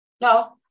No